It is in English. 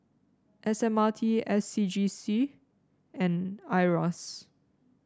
S M R T S C G C and Iras